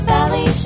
Valley